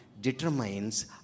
determines